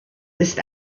ist